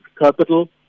capital